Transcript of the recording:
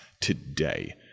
today